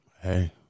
Hey